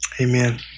Amen